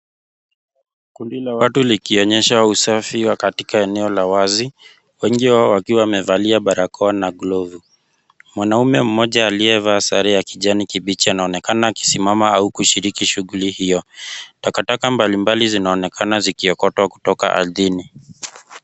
Kundi la watu likionyesha usafi katika eneo la wazi wengi wakiwa wamevalia barakoa na glovu, mwanaume moja aliyevaa sare ya kijani kibichi anaonekana akisimama au kushiriki shughuli hio, takataka mbali mbali zinaonekana zikiokotwa kutoka aridhini.